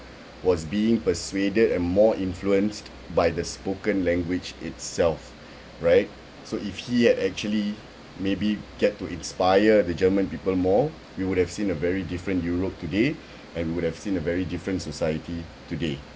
was being persuaded and more influenced by the spoken language itself right so if he had actually maybe get to inspire the german people more you would have seen a very different europe today and would have seen a very different society today